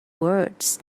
words